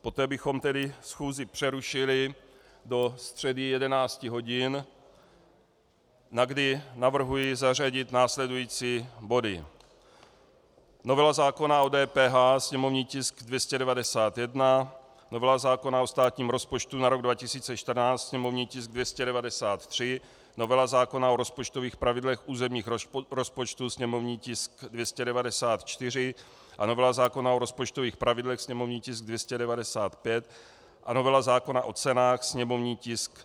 Poté bychom schůzi přerušili do středy 11 hodin, na kdy navrhuji zařadit následující body: novela zákona o DPH, sněmovní tisk 291, novela zákona o státním rozpočtu na rok 2014, sněmovní tisk 293, novela zákona o rozpočtových pravidlech územích rozpočtů, sněmovní tisk 294, novela zákona o rozpočtových pravidlech, sněmovní tisk 295, a novela zákona o cenách, sněmovní tisk 254.